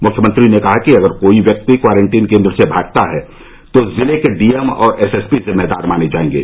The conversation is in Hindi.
मुख्यमंत्री ने कहा कि अगर कोई व्यक्ति क्वारंटीन केंद्र से भागता है तो जिले के डीएम और एसएसपी जिम्मेदार माने जायेंगे